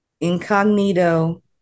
incognito